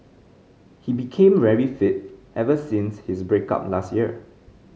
he became very fit ever since his break up last year